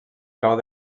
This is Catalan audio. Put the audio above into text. clau